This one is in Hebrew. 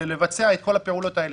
לבצע את כל הפעולות האלה.